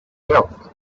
built